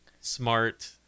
smart